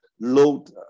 load